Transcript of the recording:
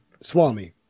Swami